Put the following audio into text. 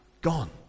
gone